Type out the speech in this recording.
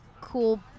cool